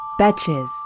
Betches